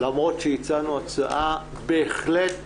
למרות שהצענו הצעה בהחלט טובה,